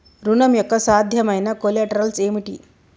ఋణం యొక్క సాధ్యమైన కొలేటరల్స్ ఏమిటి?